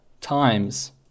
times